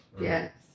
yes